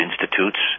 institutes